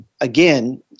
again